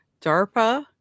DARPA